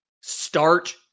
start